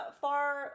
far